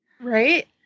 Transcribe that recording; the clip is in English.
Right